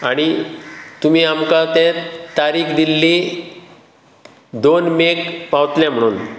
आनी तुमी आमकां तें तारीख दिल्ली दोन मेक पावतलें म्हणून